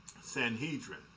sanhedrin